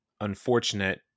unfortunate